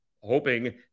hoping